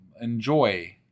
enjoy